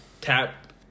tap